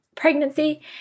pregnancy